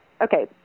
Okay